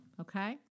okay